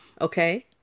Okay